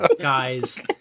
guys